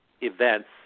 events